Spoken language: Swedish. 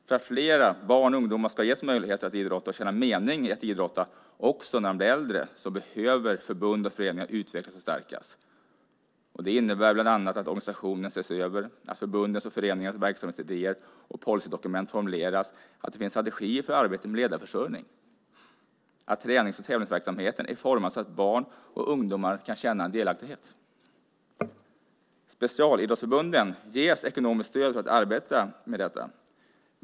För att fler barn och ungdomar ska ges möjlighet att idrotta och känna mening i att idrotta också när de blir äldre behöver förbund och föreningar utvecklas och stärkas. Det innebär bland annat att organisationer ses över, att olika förbunds och föreningars verksamhetsidéer och policydokument formuleras, att det finns strategier för arbetet med ledarförsörjning samt att tränings och tävlingsverksamheten är formad så att barn och ungdomar kan känna en delaktighet. Specialidrottsförbunden ges ekonomiskt stöd för att arbeta med detta.